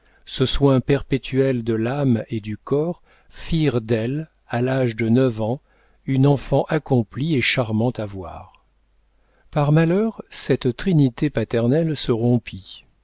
ce soin perpétuel de l'âme et du corps firent d'elle à l'âge de neuf ans une enfant accomplie et charmante à voir par malheur cette trinité paternelle se rompit